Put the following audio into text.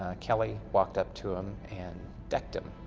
ah kelley walked up to him and decked him,